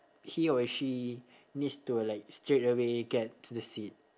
he or she needs to like straight away get to the seat